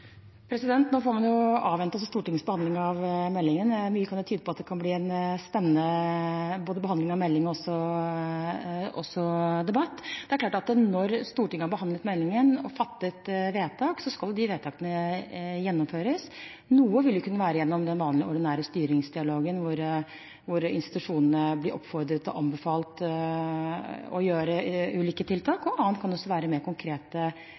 får jo avvente Stortingets behandling av meldingen. Mye kan tyde på at det kan bli både en spennende behandling av meldingen og debatt. Når Stortinget har behandlet meldingen og fattet vedtak, skal de vedtakene gjennomføres. Noe vil kunne skje gjennom den vanlige, ordinære styringsdialogen, hvor institusjonene blir oppfordret til eller anbefalt å gjøre ulike tiltak. Andre kan være mer konkrete tiltak, jeg nevnte flere. Hvis man skal vurdere støtteordningene til Lånekassen, f.eks., ville det være et helt konkret